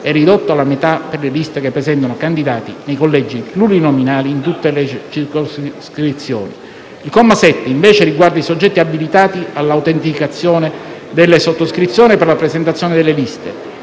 è ridotto alla metà per le liste che presentano candidati nei collegi plurinominali in tutte le circoscrizioni. Il comma 7, invece, riguarda i soggetti abilitati all'autenticazione delle sottoscrizioni per la presentazione delle liste: